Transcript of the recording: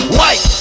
white